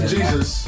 Jesus